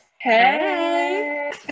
hey